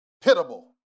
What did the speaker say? pitiable